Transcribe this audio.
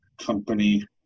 company